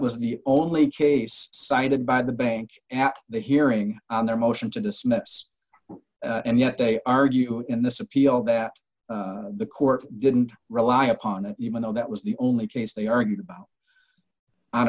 was the only case cited by the bank at the hearing on their motion to dismiss and yet they argue in this appeal that the court didn't rely upon it even though that was the only case they argued about